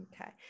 Okay